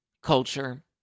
Culture